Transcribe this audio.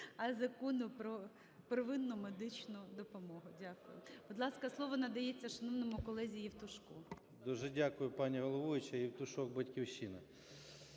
а Закону про первинну медичну допомогу. Дякую. Будь ласка, слово надається шановному колезі Євтушку. 13:23:22 ЄВТУШОК С.М. Дуже дякую, пані головуюча. Євтушок, "Батьківщина".